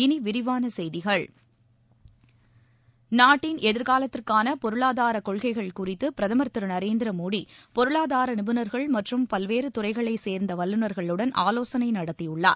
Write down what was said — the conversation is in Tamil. இனிவிரிவான செய்திகள் நாட்டின் எதிர்காலத்திற்கான பொருளாதாரக் கொள்கைகள் குறித்து பிரதமர் திரு நரேந்திர மோடி பொருளாதார நிபுணர்கள் மற்றும் பல்வேறு துறைகளைச் சேர்ந்த வல்லுநர்களுடன் ஆலோசனை நடத்தியுள்ளார்